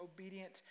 obedient